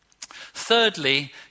Thirdly